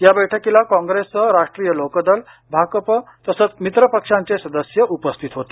या बैठकीला काँप्रेससह राष्ट्रीय लोकदल भाकपं तसंच मित्र पक्षांचे सदस्य उपस्थित होते